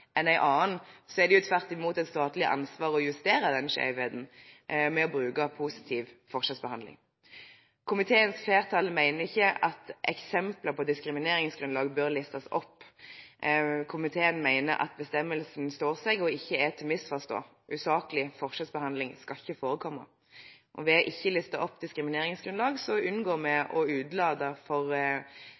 enn en annen, er det tvert imot et statlig ansvar å justere den skjevheten ved å bruke positiv forskjellsbehandling. Komiteens flertall mener ikke at eksempler på diskrimineringsgrunnlag bør listes opp. Komiteen mener at bestemmelsen står seg og ikke er til å misforstå. Usaklig forskjellsbehandling skal ikke forekomme. Ved ikke å liste opp diskrimineringsgrunnlag unngår vi å